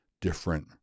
different